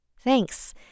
Thanks